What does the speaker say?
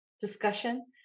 discussion